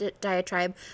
diatribe